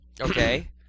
Okay